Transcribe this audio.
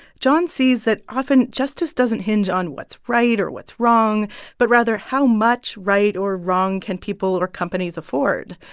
jon sees that often justice doesn't hinge on what's right or what's wrong but rather how much right or wrong can people or companies afford.